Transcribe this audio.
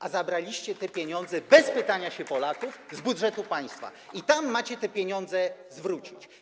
A zabraliście te pieniądze, bez pytania Polaków, z budżetu państwa i tam macie te pieniądze zwrócić.